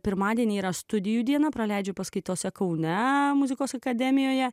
pirmadienį ir studijų dieną praleidžiu paskaitose kaune muzikos akademijoje